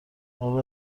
آره